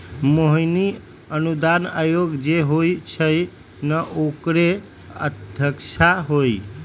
मोहिनी अनुदान आयोग जे होई छई न ओकरे अध्यक्षा हई